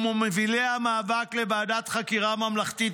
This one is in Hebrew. וממובילי המאבק לוועדת חקירה ממלכתית,